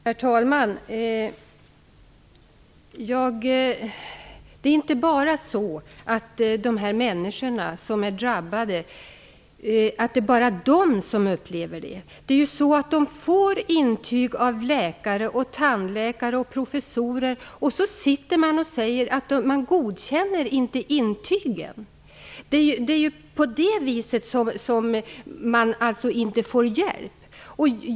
Herr talman! Det är inte bara de drabbade människorna som upplever detta. De får intyg av läkare, tandläkare och professorer, men dessa intyg godkänns inte. Det är anledningen till att man inte får hjälp.